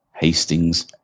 Hastings